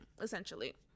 essentially